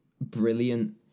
brilliant